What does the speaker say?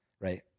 right